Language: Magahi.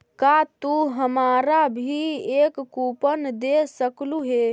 का तू हमारा भी एक कूपन दे सकलू हे